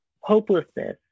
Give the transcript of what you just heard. Hopelessness